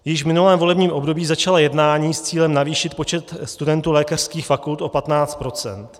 Již v minulém volebním období začala jednání s cílem navýšit počet studentů lékařských fakult o 15 %.